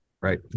right